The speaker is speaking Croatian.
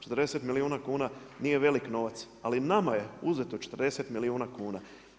40 milijuna kuna nije velik novac, ali nama je uzeto 40 milijuna kuna.